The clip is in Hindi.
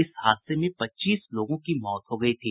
इस हादसे में पच्चीस लोगों की मौत हो गयी थी